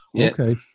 okay